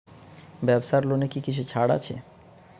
ব্যাবসার লোনে কি কিছু ছাড় আছে?